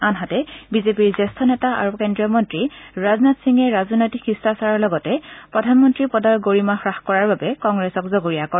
আনহাতে বিজেপিৰ জ্যেষ্ঠ নেতা আৰু কেন্দ্ৰীয় মন্ত্ৰী ৰাজনাথ সিঙে ৰাজনৈতিক শি্টাচাৰৰ লগতে প্ৰধানমন্ত্ৰী পদৰ গৰিমা হ্ৰাস কৰাৰ বাবে কংগ্ৰেছক জগৰীয়া কৰে